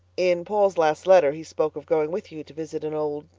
in paul's last letter he spoke of going with you to visit an old.